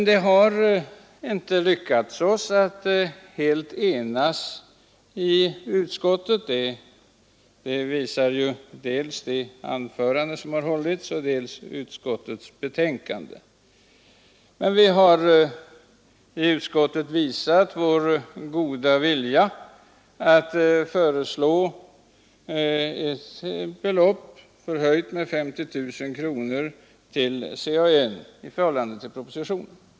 Det har ju inte lyckats att helt ena utskottet; det framgår dels av de anföranden som har hållits, dels av utskottets betänkande. Vi har dock i utskottet visat vår goda vilja genom att föreslå ett belopp till CAN, förhöjt med 50 000 kronor i förhållande till propositionen.